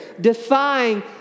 defying